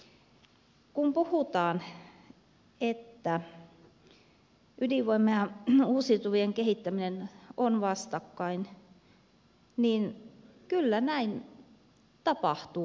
kun puhutaan että ydinvoiman ja uusiutuvien kehittäminen ovat vastakkain niin kyllä näin tapahtuu